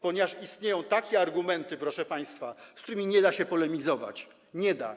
Ponieważ istnieją takie argumenty, proszę państwa, z którymi nie da się polemizować, nie da.